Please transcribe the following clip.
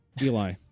Eli